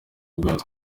bwazo